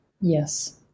Yes